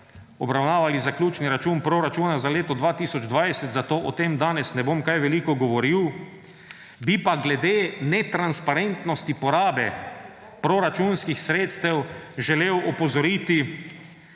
obravnavali zaključni račun proračuna za leto 2020, zato o tem danes ne bom kaj veliko govoril. Bi pa glede netransparentnosti porabe proračunskih sredstev želel opozoriti